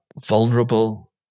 vulnerable